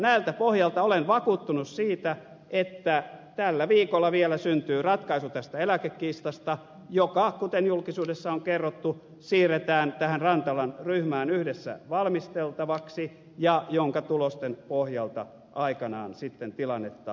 tältä pohjalta olen vakuuttunut siitä että tällä viikolla vielä syntyy ratkaisu tästä eläkekiistasta joka kuten julkisuudessa on kerrottu siirretään tähän rantalan ryhmään yhdessä valmisteltavaksi jonka tulosten pohjalta aikanaan sitten tilannetta arvioidaan